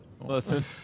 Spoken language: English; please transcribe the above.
Listen